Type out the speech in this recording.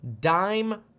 Dime